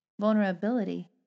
Vulnerability